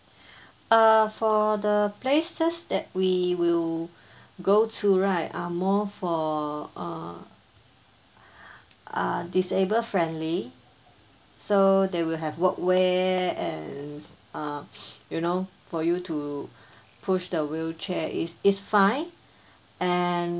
err for the places that we will go to right are more for err are disable friendly so they will have walkway and err you know for you to push the wheelchair it's it's fine and